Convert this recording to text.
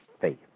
faith